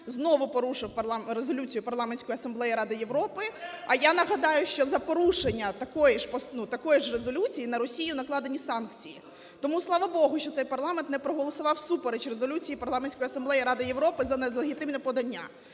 знову порушив Резолюцію Парламентської Асамблеї Ради Європи. А я нагадаю, що за порушення такої ж, ну, такої ж резолюції на Росію накладені санкції. Тому слава Богу, що цей парламент не проголосував всупереч резолюції Парламентської Асамблеї Ради Європи за нелегітимне подання.